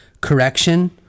correction